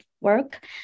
work